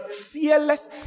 fearless